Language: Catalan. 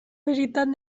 veritat